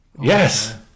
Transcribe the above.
Yes